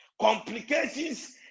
complications